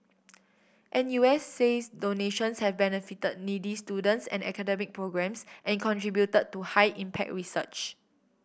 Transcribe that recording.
N U S says donations have benefited needy students and academic programmes and contributed to high impact research